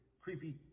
creepy